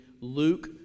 Luke